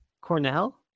Cornell